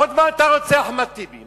עוד מה אתה רוצה, אחמד טיבי?